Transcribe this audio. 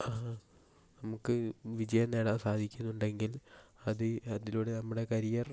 ഹാ നമുക്ക് വിജയം നേടാൻ സാധിക്കുന്നുണ്ടെങ്കിൽ അത് അതിലൂടെ നമ്മുടെ കരിയർ